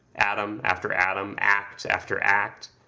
atom after atom, act after act,